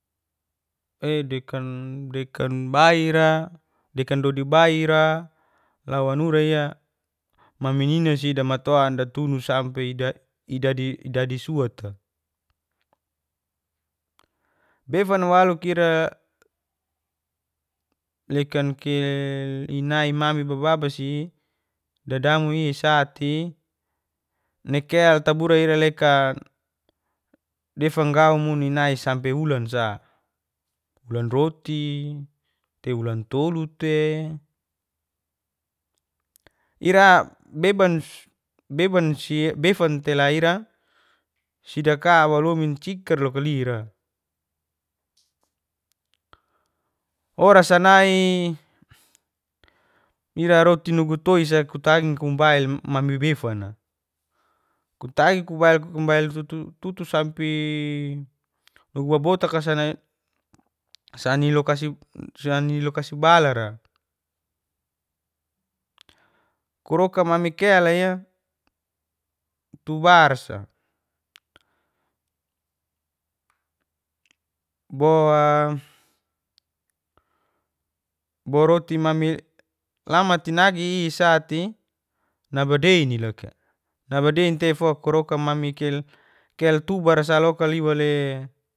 dekan dodi baira lau wanurai maminina damaton datunu sampe idadi suata. befan waluk ira lekan kelinai mami babasi dadamui sa'ti. Nakel tabura ira lekan defan gau muni nai sampe wulan sa, wulan roti te, wulan tolu te. Ira befan tela ira sideka walomin cikar loka lira. Orasa nai ira roti nugu toisa tatgi kubil mami befana. Kutagi kubil-kubail tutu sampe mami babotaka sa sanilokasi balara, kuroka mami kelia tu barsa boa boroti mami lamatinagi'i sa'ti nabadeini loka, nabadein tei fo kurokai mami kel tubar sa loka liwa le.